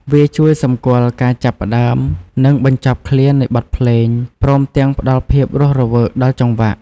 វាជួយសម្គាល់ការចាប់ផ្ដើម និងបញ្ចប់ឃ្លានៃបទភ្លេង ព្រមទាំងផ្តល់ភាពរស់រវើកដល់ចង្វាក់។